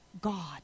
God